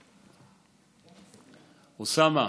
אוסאמה,